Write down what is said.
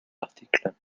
article